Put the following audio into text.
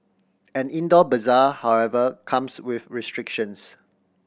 an indoor bazaar however comes with restrictions